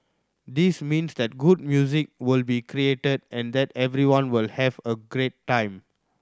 this means that good music will be created and that everyone will have a great time